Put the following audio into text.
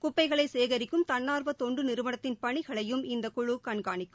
குப்பைகளைசேகிக்கும் தன்னா்வதொண்டுநிறுவனத்தின் பணிகளையும் இந்த குழு கண்காணிக்கும்